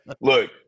Look